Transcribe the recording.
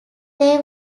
they